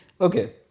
Okay